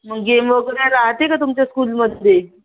मग गेम वगैरे राहते का तुमच्या स्कूलमध्ये